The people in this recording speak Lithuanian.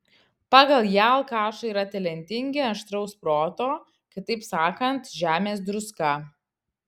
pagal ją alkašai yra talentingi aštraus proto kitaip sakant žemės druska